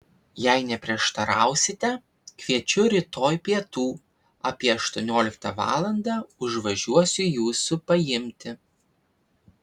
jei neprieštarausite kviečiu rytoj pietų apie aštuonioliktą valandą užvažiuosiu jūsų paimti